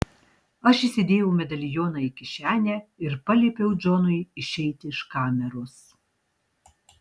aš įsidėjau medalioną į kišenę ir paliepiau džonui išeiti iš kameros